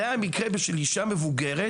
זה היה במקרה של אישה מבוגרת,